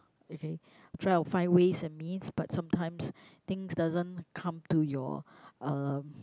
okay I will try to find ways and means but sometimes things doesn't come to your uh